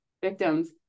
victims